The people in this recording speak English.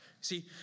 See